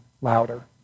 louder